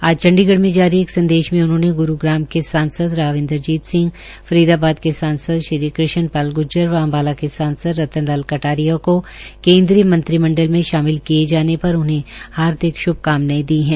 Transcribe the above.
आज चंडीगढ़ में जारी एक संदेश में उन्होंने ग्रुग्राम के सांसद राव इंद्रजीत सिंह फरीदाबाद के सांसद श्री कृष्णपाल ग्र्जर व अंबाला के सांसद श्री रतन लाल कटारिया को केन्द्रीय मंत्रीमंडल में शामिल किए जाने पर उन्हें हार्दिक श्भकामनाएं दी है